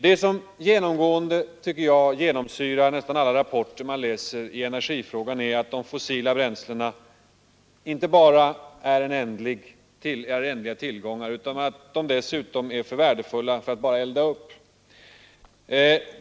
Det som genomsyrar nästan alla rapporter man läser i energifrågan är att de fossila bränslena inte bara är ändliga tillgångar utan att de dessutom är för värdefulla för att bara eldas upp.